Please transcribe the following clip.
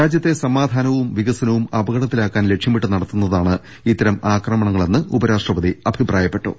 രാജ്യത്തെ സമാധാനവും വികസ നവും അപകടത്തിലാക്കാൻ ലക്ഷ്യമിട്ട് നടത്തുന്നതാണ് ഇത്തരം ആക്രമ ണങ്ങളെന്ന് ഉപരാഷ്ട്രപതി അഭിപ്രായപ്പെട്ടു